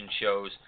shows